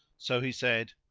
so he said,